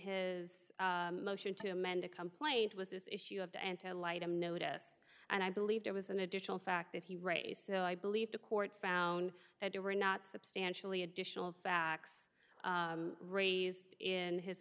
his motion to amend a complaint was this issue of to enter light on notice and i believe there was an additional fact that he raised so i believe the court found that there were not substantially additional facts raised in his